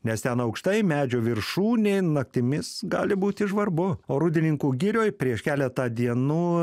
nes ten aukštai medžio viršūnėj naktimis gali būti žvarbu o rūdininkų girioj prieš keletą dienų